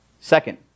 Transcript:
Second